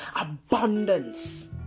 abundance